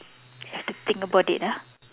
have to think about it ah